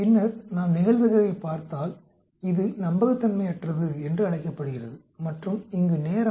பின்னர் நாம் நிகழ்தகவைப் பார்த்தால் இது நம்பகத்தன்மையற்றது என்று அழைக்கப்படுகிறது மற்றும் இங்கு நேரம்